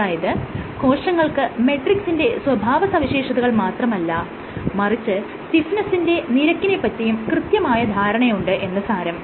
അതായത് കോശങ്ങൾക്ക് മെട്രിക്സിന്റെ സ്വഭാവ സവിശേഷതകൾ മാത്രമല്ല മറിച്ച് സ്റ്റിഫ്നെസ്സിന്റെ നിരക്കിനെ പറ്റിയും കൃത്യമായ ധാരണയുണ്ട് എന്ന് സാരം